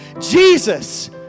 Jesus